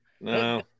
No